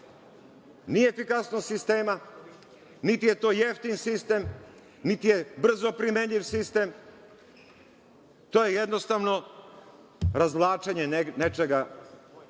ni efikasnost, niti je to jeftin sistem, niti je brzo primenjiv sistem. To je jednostavno razvlačenje nečega